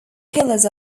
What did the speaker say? pillars